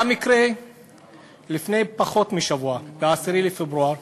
היה מקרה לפני פחות משבוע, ב-10 בפברואר,